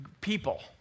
people